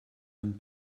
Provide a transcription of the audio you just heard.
den